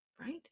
Right